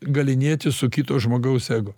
galynėtis su kito žmogaus ego